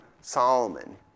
Solomon